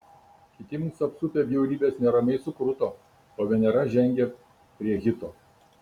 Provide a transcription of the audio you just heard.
kiti mus apsupę bjaurybės neramiai sukruto o venera žengė prie hito